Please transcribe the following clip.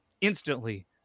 Instantly